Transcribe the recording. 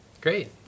Great